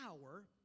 power